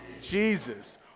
Jesus